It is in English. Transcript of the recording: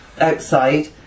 outside